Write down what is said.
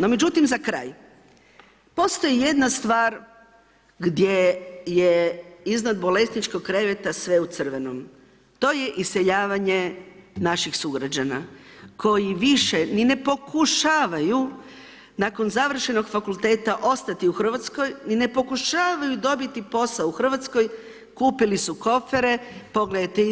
No, međutim, za kraj, postoji jedna stvar, gdje je iznad bolesničkog kreveta sve u crvenom, to je iseljavanje naših sugrađana koji više ni ne pokušavaju, nakon završenog fakulteta ostati u Hrvatskoj, ni ne pokušavaju dobiti posao u Hrvatskoj, kupili su kofere, pogledajte,